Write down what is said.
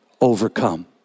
overcome